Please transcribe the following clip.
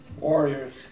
Warriors